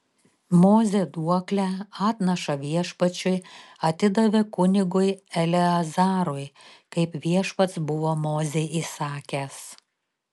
mozė duoklę atnašą viešpačiui atidavė kunigui eleazarui kaip viešpats buvo mozei įsakęs